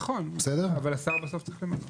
נכון, אבל השר בסוף צריך למנות.